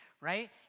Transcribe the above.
right